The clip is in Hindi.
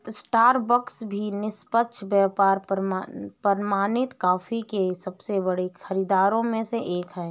स्टारबक्स भी निष्पक्ष व्यापार प्रमाणित कॉफी के सबसे बड़े खरीदारों में से एक है